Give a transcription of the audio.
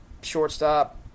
Shortstop